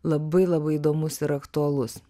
labai labai įdomus ir aktualus